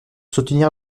soutenir